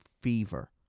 fever